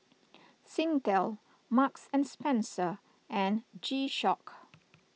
Singtel Marks and Spencer and G Shock